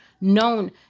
known